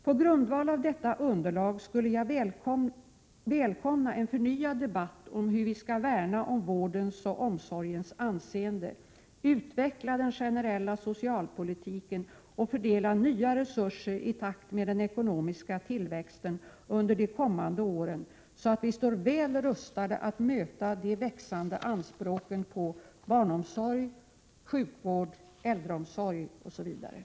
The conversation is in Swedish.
På grundval av detta underlag skulle jag välkomna en förnyad debatt om hur vi skall värna om vårdens och omsorgens anseende, utveckla den generella socialpolitiken och fördela nya resurser i takt med den ekonomiska tillväxten under de kommande åren, så att vi står väl rustade att möta de Prot. 1987/88:117